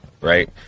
right